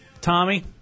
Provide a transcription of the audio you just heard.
Tommy